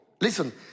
Listen